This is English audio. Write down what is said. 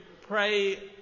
pray